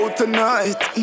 tonight